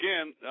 again